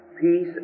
peace